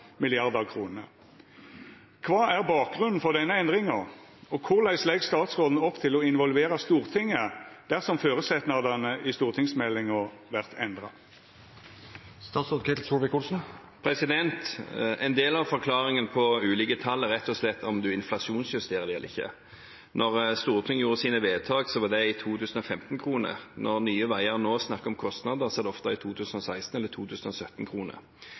milliardar kroner. Kva er bakgrunnen for denne endringa, og korleis legg statsråden opp til å involvera Stortinget dersom føresetnadane i stortingsmeldinga vert endra?» En del av forklaringen på ulike tall er rett og slett om de inflasjonsjusteres eller ikke. Da Stortinget gjorde sine vedtak, var det i 2015-kroner. Når Nye Veier nå snakker om kostnader, er det ofte i 2016- eller